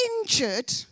injured